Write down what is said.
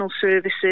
services